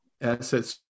assets